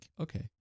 Okay